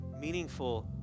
meaningful